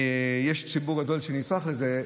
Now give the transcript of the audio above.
יש ציבור גדול שנצרך לזה,